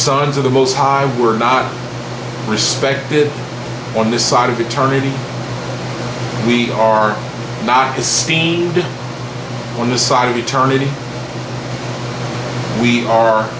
sons of the most high we're not respected on this side of eternity we are not as seen on the side of eternity we are